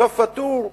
בסוף הטור,